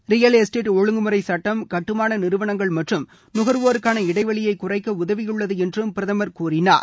real estate ஒழுங்குமுறை சுட்டம் கட்டுமான நிறுவளங்கள் மற்றும் நுகாவோருக்கான இடைவெளியை குறைக்க உதவியுள்ளது என்றும் பிரதமர் கூறினார்